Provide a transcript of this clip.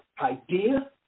idea